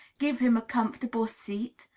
give him a comfortable seat?